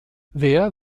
wer